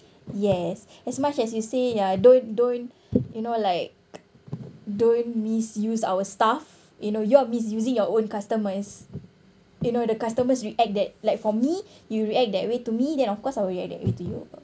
yes as much as you say ya don't don't you know like don't misuse our staff in know you're misusing your own customers you know the customers react that like for me you react that way to me then of course I will react that way to you